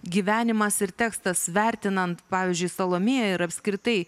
gyvenimas ir tekstas vertinant pavyzdžiui salomėją ir apskritai